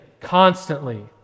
constantly